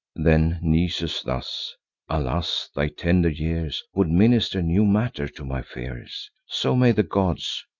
then nisus thus alas! thy tender years would minister new matter to my fears. so may the gods,